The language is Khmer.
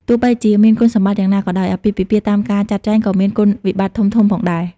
ទោះបីជាមានគុណសម្បត្តិយ៉ាងណាក៏ដោយ អាពាហ៍ពិពាហ៍តាមការចាត់ចែងក៏មានគុណវិបត្តិធំៗផងដែរ។